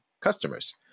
customers